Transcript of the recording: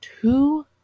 two